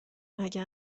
اگر